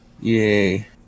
Yay